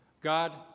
God